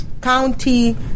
county